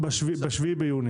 ב-7 ביוני.